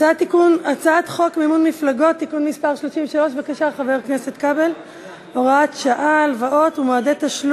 הצעת חוק מימון מפלגות (תיקון מס' 33 והוראת שעה) בבקשה,